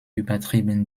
übertrieben